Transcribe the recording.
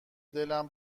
دلم